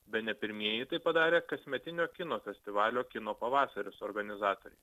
bene pirmieji tai padarė kasmetinio kino festivalio kino pavasaris organizatoriai